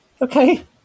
Okay